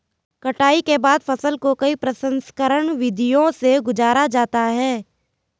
कटाई के बाद फसल को कई प्रसंस्करण विधियों से गुजारा जाता है